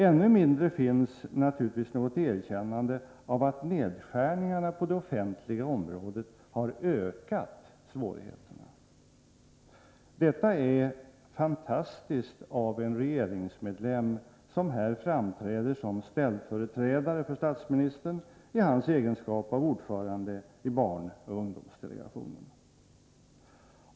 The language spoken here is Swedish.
Ännu mindre finns naturligtvis något erkännade av att nedskärningarna på det offentliga området har ökat svårigheterna. Detta är fantastiskt av en regeringsmedlem som här framträder som ställföreträdare för statsministern i hans egenskap av ordförande i barnoch ungdomsdelegationen.